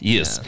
Yes